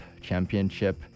championship